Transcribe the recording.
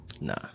Nah